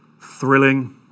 thrilling